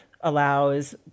allows